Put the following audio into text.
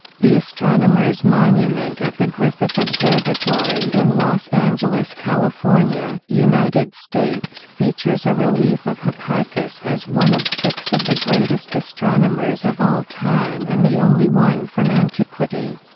the astronomer's monument at the griffith observatory in los angeles, california, united states features a relief of hipparchus as one of six of the greatest astronomers of all time and the only one from antiquity.